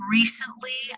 Recently